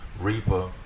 Reaper